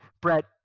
Brett